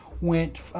went